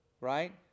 right